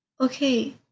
okay